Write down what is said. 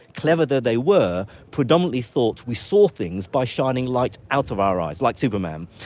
clever though they were, predominantly thought we saw things by shining light out of our eyes, like superman,